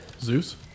Zeus